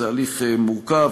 זה הליך מורכב,